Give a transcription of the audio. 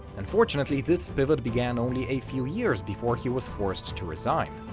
unfortunately, this pivot began only a few years before he was forced to resign,